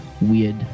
weird